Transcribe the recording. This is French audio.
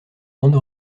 bande